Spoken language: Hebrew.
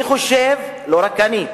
אני חושב, לא רק אני,